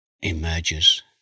emerges